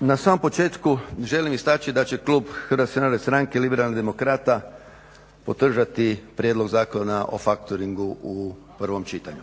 Na samom početku želim istaći da će klub HNS-a liberalnih demokrata podržati Prijedlog zakona o factoringu u prvom čitanju.